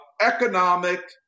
economic